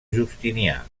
justinià